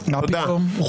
לזה